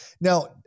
now